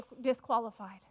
disqualified